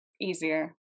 easier